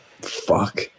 Fuck